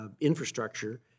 infrastructure